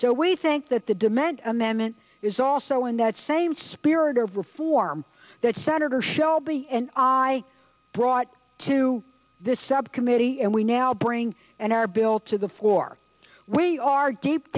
we think that the demand amendment is also in that same spirit of reform that senator shelby and i brought to this subcommittee and we now bring and our bill to the floor we are deep